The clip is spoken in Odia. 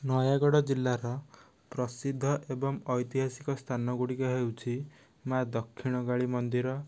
ନୟାଗଡ଼ ଜିଲ୍ଲାର ପ୍ରସିଦ୍ଧ ଏବଂ ଐତିହାସିକ ସ୍ଥାନଗୁଡ଼ିକ ହେଉଛି ମା' ଦକ୍ଷିଣକାଳୀ ମନ୍ଦିର